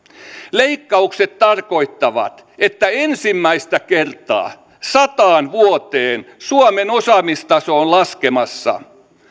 leikkaukset tarkoittavat että ensimmäistä kertaa sataan vuoteen suomen osaamistaso on laskemassa